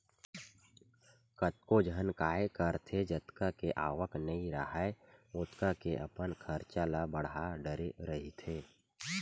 कतको झन काय करथे जतका के आवक नइ राहय ओतका के अपन खरचा ल बड़हा डरे रहिथे